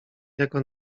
jako